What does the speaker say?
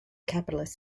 capitalist